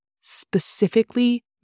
specifically